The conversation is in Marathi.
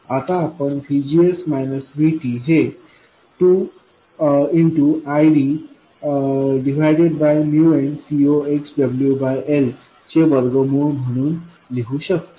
आता आपण VGS VTहे 2 गुणिले ID भागिले nCoxwLचे वर्गमूळ म्हणून लिहू शकतो